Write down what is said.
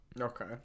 Okay